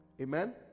Amen